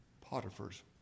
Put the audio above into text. Potiphar's